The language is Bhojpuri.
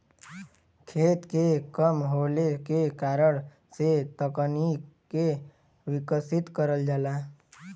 खेत के कम होले के कारण से तकनीक के विकसित करल जाला